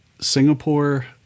Singapore